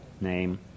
name